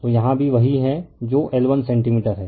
तो यहाँ भी वही है जो L1 सेंटीमीटर है